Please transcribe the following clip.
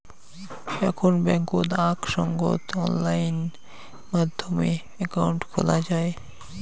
এখন বেংকত আক সঙ্গত অনলাইন মাধ্যমে একাউন্ট খোলা যাই